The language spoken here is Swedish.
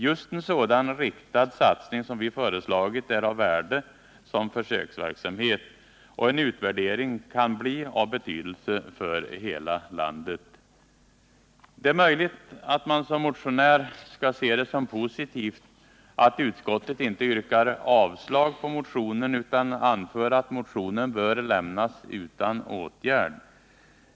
Just en sådan riktad satsning som vi föreslagit är av värde som försöksverksamhet, och en utvärdering kan bli av betydelse för hela landet. Det är möjligt att man som motionär skall se det som positivt att utskottet inte yrkar avslag på motionen utan anför att motionen bör lämnas utan åtgärd.